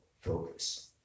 Focus